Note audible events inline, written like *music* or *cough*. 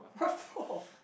what *laughs* for